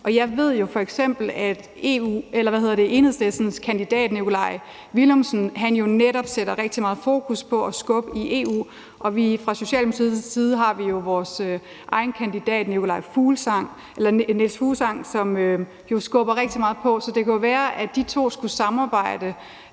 jeg ved jo f.eks., at Enhedslistens kandidat Nikolaj Villumsen netop sætter rigtig meget fokus på at skubbe på i EU, og vi har fra Socialdemokratiets side også vores egen kandidat Niels Fuglsang, som også skubber rigtig meget på. Så det kunne jo være, at de to skulle samarbejde